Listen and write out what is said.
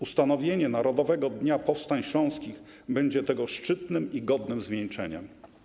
Ustanowienie Narodowego Dnia Powstań Śląskich będzie tego szczytnym i godnym zwieńczeniem.